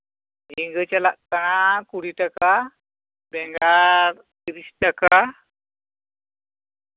ᱡᱷᱤᱝᱜᱟᱹ ᱪᱟᱞᱟᱜ ᱠᱟᱱᱟ ᱠᱩᱲᱤ ᱴᱟᱠᱟ ᱵᱮᱸᱜᱟᱲ ᱛᱤᱨᱤᱥ ᱴᱟᱠᱟ